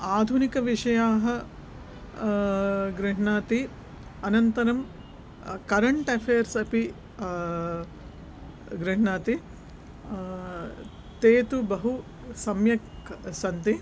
आधुनिकविषयान् गृह्णाति अनन्तरं current affairs अपि गृह्णाति ते तु बहु सम्यक् सन्ति